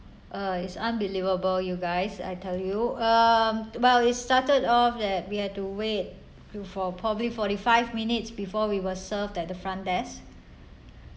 uh it's unbelievable you guys I tell you um well it started off that we have to wait for probably forty five minutes before we were served at the front desk